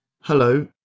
Hello